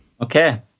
Okay